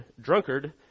drunkard